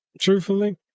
truthfully